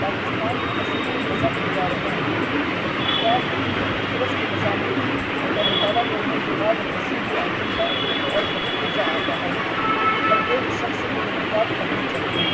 پاکستان کے مشہور مزاح نگار ہیں ان کی کتاب پطرس کے مضامین کا مطالعہ کرنے کے بعد ہنسی بھی آتی ہے اور بہت مزہ آتا ہے ہر ایک شخص کو یہ کتاب پڑھنی چاہیے